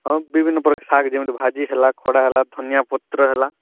ହଁ ବିଭିନ୍ନ ପ୍ରକାର ଶାଗ ଯେମିତି ଭାଜି ହେଲା ଖଡ଼ା ହେଲା ଧନିଆପତ୍ର ହେଲା